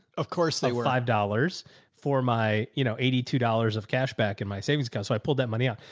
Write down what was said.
of course they were five dollars for my, you know, eighty two dollars of cash back in my savings account. so i pulled that money out.